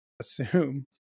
assume